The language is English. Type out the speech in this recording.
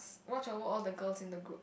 watch over all the girls in group